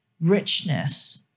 richness